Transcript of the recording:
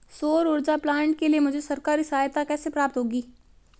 सौर ऊर्जा प्लांट के लिए मुझे सरकारी सहायता कैसे प्राप्त होगी?